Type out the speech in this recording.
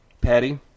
Patty